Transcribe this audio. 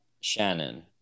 shannon